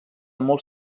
molt